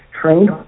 trained